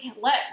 let